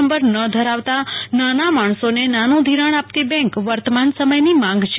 number ન ધરાવતા નાના માણસોને નાનું ઘિરાણ આપતી બેંક વર્તમાન સમયની માંગ છે